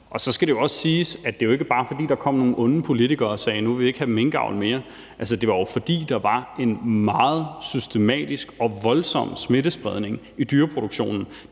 Og så skal det også siges, at det jo ikke bare er, fordi der kom nogle onde politikere og sagde: Nu vil vi ikke have minkavl mere. Altså, det var jo, fordi der var en meget systematisk og voldsom smittespredning i dyreproduktionen.